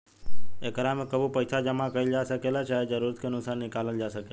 एकरा में कबो पइसा जामा कईल जा सकेला, चाहे जरूरत के अनुसार निकलाल जा सकेला